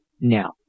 Now